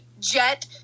Jet